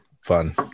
fun